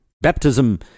Baptism